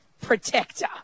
Protector